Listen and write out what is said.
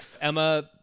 Emma